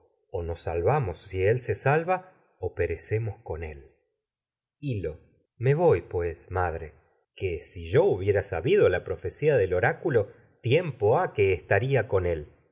o salvamos si él salva pues perecemos con él yo hil lo sabido la me voy madre que si hubiera que profecía del oráculo tiempo propio ha estaría no es con él